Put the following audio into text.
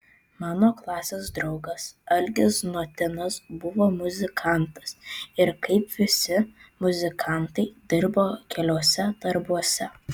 mano klasės draugas algis znotinas buvo muzikantas ir kaip visi muzikantai dirbo keliuose darbuose